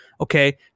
Okay